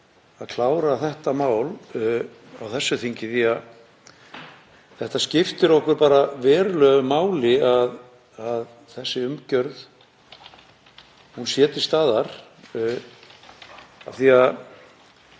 að klára þetta mál á þessu þingi því það skiptir okkur verulegu máli að þessi umgjörð sé til staðar af því að